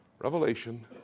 Revelation